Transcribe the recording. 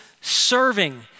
serving